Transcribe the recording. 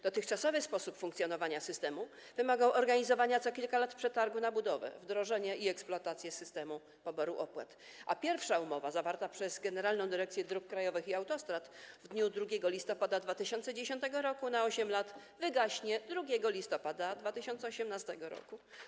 Dotychczasowy sposób funkcjonowania systemu wymagał organizowania co kilka lat przetargu na budowę, wdrożenie i eksploatację systemu poboru opłat, a pierwsza umowa, zawarta przez Generalną Dyrekcję Dróg Krajowych i Autostrad w dniu 2 listopada 2010 r. na 8 lat, wygaśnie 2 listopada 2018 r.